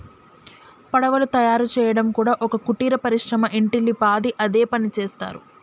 పడవలు తయారు చేయడం కూడా ఒక కుటీర పరిశ్రమ ఇంటిల్లి పాది అదే పనిచేస్తరు